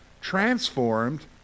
Transformed